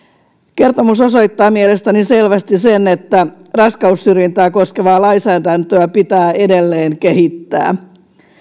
kertomus osoittaa mielestäni selvästi sen että raskaussyrjintää koskevaa lainsäädäntöä pitää edelleen kehittää